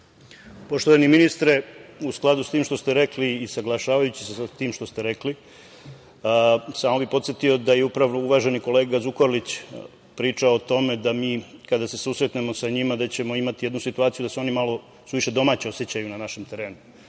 Poštovani ministre, u skladu sa tim što ste rekli i saglašavajući se sa tim što ste rekli, samo bih podsetio da je upravo uvaženi kolega Zukorlić pričao o tome da mi kada se susretnemo sa njima da ćemo imati jednu situaciju da se malo suviše domaće osećaju na našem terenu. Tako